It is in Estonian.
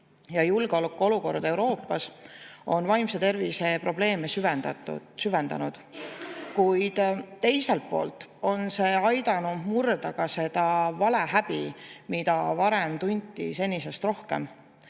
ja julgeolekuolukord Euroopas – on vaimse tervise probleeme süvendatud, kuid teiselt poolt on see aidanud murda seda valehäbi, mida varem tunti senisest rohkem. Meie